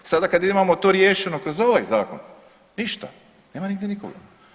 Sada kada imamo to riješeno kroz ovaj zakon ništa, nema nigdje nikoga.